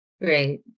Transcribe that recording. Great